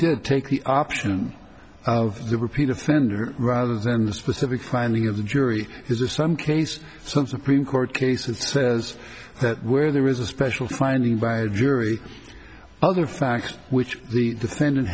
did take the option of the repeat offender rather than the specific finding of the jury is there some place some supreme court case and says that where there is a special finding by a jury other facts which the defendant